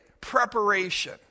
preparation